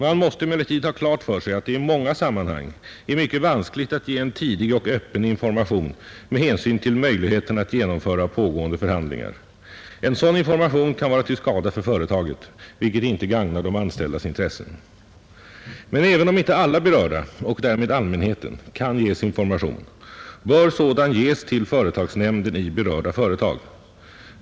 Man måste emellertid ha klart för sig att det i många sammanhang är mycket vanskligt att ge en tidig och öppen information med hänsyn till möjligheterna att genomföra pågående förhandlingar. En sådan information kan vara till skada för företaget, vilket inte gagnar de anställdas intressen. Men även om inte alla berörda och därmed allmänheten kan ges information, bör sådan kunna ges till företagsnämnden i berörda företag.